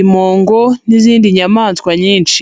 impongo n'izindi nyamaswa nyinshi.